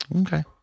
Okay